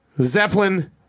Zeppelin